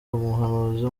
umuhanuzi